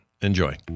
Enjoy